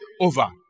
over